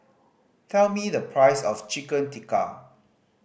tell me the price of Chicken Tikka